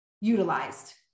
utilized